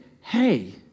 hey